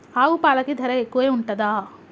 ఆవు పాలకి ధర ఎక్కువే ఉంటదా?